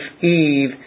Eve